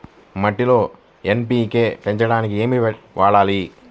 మట్టిలో ఎన్.పీ.కే పెంచడానికి ఏమి వాడాలి?